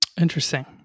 Interesting